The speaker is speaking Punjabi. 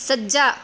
ਸੱਜਾ